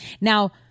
Now